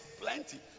plenty